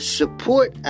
support